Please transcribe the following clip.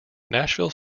nashville